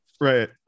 right